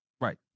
Right